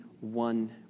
one